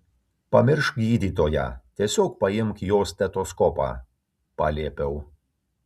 pamiršk gydytoją tiesiog paimk jo stetoskopą paliepiau